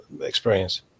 experience